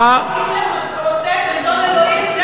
כשבן-אדם אומר שהיטלר עושה את רצון אלוהים,